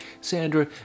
Sandra